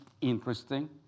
interesting